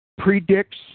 predicts